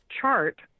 chart